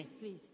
please